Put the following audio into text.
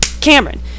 Cameron